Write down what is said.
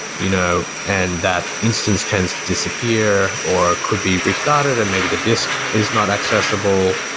you know and that instance tends to disappear or could be restarted and maybe the disk is not accessible.